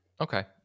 Okay